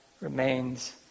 remains